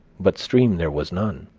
but stream there was none.